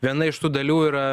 viena iš tų dalių yra